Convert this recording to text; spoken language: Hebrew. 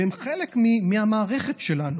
והם חלק מהמערכת שלנו.